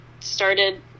started